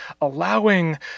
allowing